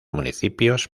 municipios